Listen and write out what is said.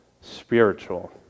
spiritual